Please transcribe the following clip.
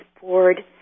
Board